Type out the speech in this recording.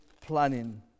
planning